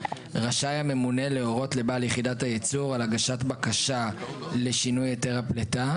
רשאי הממונה להורות לבעל יחידת הייצור על הגשת בקשה לשינוי היתר הפליטה,